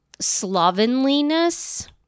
slovenliness